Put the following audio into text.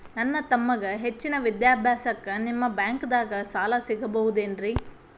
ನನ್ನ ತಮ್ಮಗ ಹೆಚ್ಚಿನ ವಿದ್ಯಾಭ್ಯಾಸಕ್ಕ ನಿಮ್ಮ ಬ್ಯಾಂಕ್ ದಾಗ ಸಾಲ ಸಿಗಬಹುದೇನ್ರಿ?